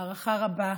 בהערכה רבה,